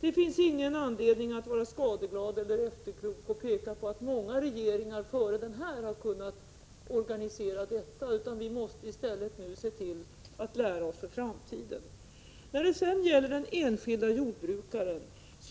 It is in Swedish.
Det finns ingen anledning att vara skadeglad eller efterklok och peka på att många regeringar före den nuvarande kunnat organisera detta. I stället måste vi nu se till att lära oss för framtiden. När det sedan gäller den enskilde jordbrukaren